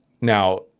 now